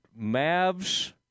Mavs